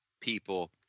people